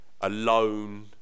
alone